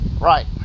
Right